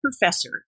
professor